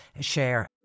Share